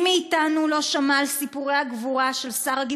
מי מאתנו לא שמע על סיפורי הגבורה של שרה,